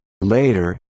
later